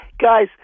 guys